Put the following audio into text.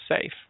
safe